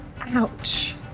ouch